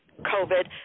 covid